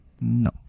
No